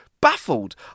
baffled